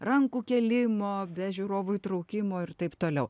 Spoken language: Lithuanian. rankų kėlimo be žiūrovų įtraukimo ir taip toliau